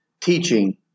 teaching